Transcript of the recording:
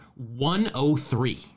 103